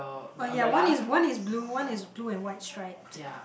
oh ya one is one is blue one is blue and white stripe